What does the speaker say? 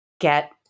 get